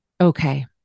Okay